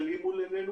עינינו.